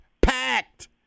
packed